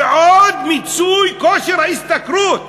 ועוד מיצוי כושר השתכרות.